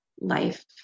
life